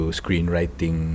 screenwriting